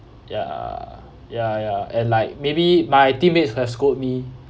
ya ya ya and like maybe my teammates have scold me